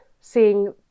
seeing